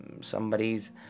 somebody's